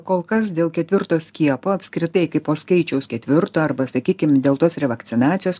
kol kas dėl ketvirto skiepo apskritai kai po skaičiaus ketvirto arba sakykim dėl tos revakcinacijos